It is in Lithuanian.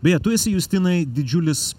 beje tu esi justinai didžiulis